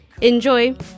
Enjoy